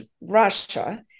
Russia